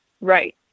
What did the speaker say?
Right